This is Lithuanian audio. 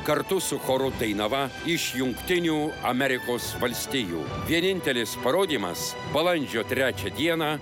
kartu su choru dainava iš jungtinių amerikos valstijų vienintelis parodymas balandžio trečią dieną